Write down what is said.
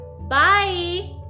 Bye